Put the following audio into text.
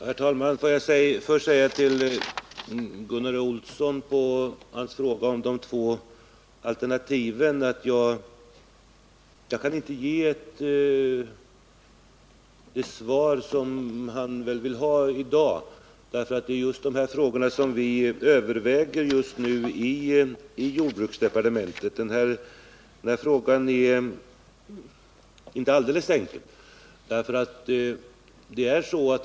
Herr talman! Får jag först säga till Gunnar Olsson, med anledning av hans fråga om de två alternativen, att jag kan inte ge det svar som han väl vill ha i dag, för dessa saker överväger vi just nu i jordbruksdepartementet. Frågan om gallringsstödet är inte alldeles enkel.